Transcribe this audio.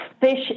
fish